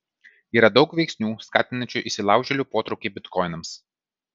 yra daug veiksnių skatinančių įsilaužėlių potraukį bitkoinams